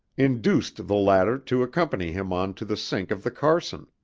induced the latter to accompany him on to the sink of the carson,